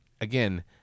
again